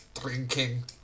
drinking